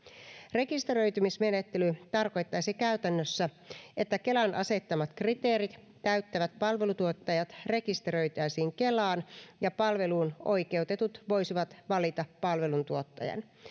rekisteröitymismenettely tarkoittaisi käytännössä että kelan asettamat kriteerit täyttävät palveluntuottajat rekisteröitäisiin kelaan ja palveluun oikeutetut voisivat valita palveluntuottajan